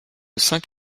cinq